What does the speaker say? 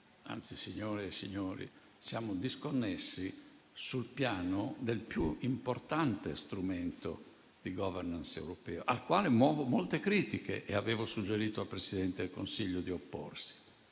signore e signori, siamo disconnessi sul piano del più importante strumento di *governance* europeo, al quale muovo molte critiche e avevo suggerito al Presidente del Consiglio di opporsi.